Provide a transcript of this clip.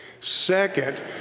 Second